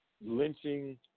lynching